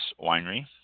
Winery